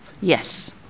Yes